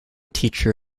teacher